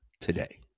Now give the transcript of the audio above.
today